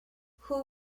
who